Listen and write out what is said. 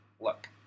Look